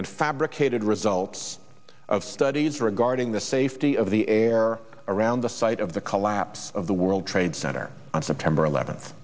and fabricated results of studies regarding the safety of the air around the site of the collapse of the world trade center on september eleventh